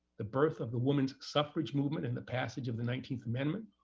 the birth of the women's suffrage movement, and the passage of the nineteenth amendment,